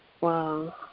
Wow